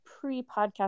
pre-podcast